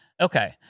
Okay